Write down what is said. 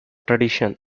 tradition